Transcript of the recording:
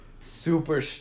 Super